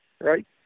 right